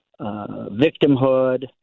victimhood